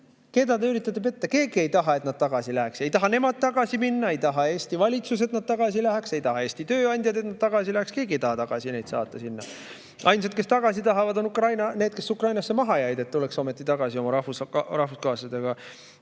Keda te üritate petta?! Keegi ei taha, et nad tagasi läheks. Ei taha nemad tagasi minna, ei taha Eesti valitsus, et nad tagasi läheksid, ei taha Eesti tööandjad, et nad tagasi läheksid. Keegi ei taha neid tagasi saata. Ainsad, kes neid tagasi tahavad, on need, kes Ukrainasse maha jäid. Nemad soovivad, et tuleks ometi tagasi nende rahvuskaaslased.